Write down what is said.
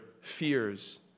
fears